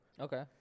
Okay